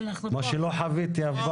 מה שלא חוויתי אף